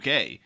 UK